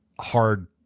hard